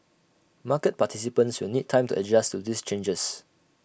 market participants will need time to adjust to these changes